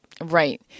Right